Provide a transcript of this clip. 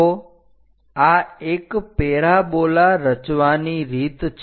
તો આ એક પેરાબોલા રચવાની રીત છે